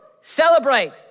Celebrate